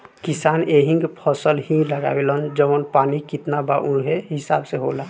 किसान एहींग फसल ही लगावेलन जवन पानी कितना बा उहे हिसाब से होला